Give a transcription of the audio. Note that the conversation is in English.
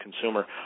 Consumer